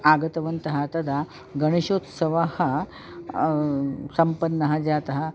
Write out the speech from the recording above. आगतवन्तः तदा गणेशोत्सवः सम्पन्नः जातः